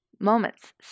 moments